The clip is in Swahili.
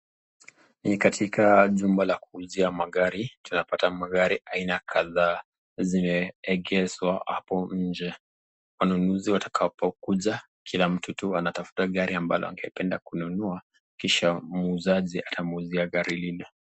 Ni katika jumba la kuuzia magari, unapata magari ya haina kadhaa zimeegezwa hapo nje, wanunuzi watakapo kuja kila mtu tu atanafuta gari ambalo angependa kununua, kisha muuzaji atamuuzia gari hilo.